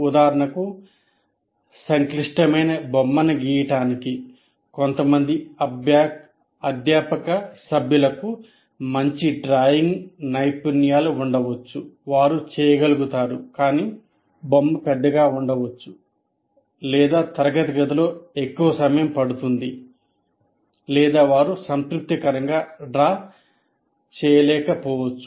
ఉదాహరణకు సంక్లిష్టమైన బొమ్మని గాని తరగతి గదిలో ఎక్కువ సమయం పడుతుంది లేదా వారు సంతృప్తికరంగా డ్రా చేయకపోవచ్చు